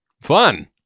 fun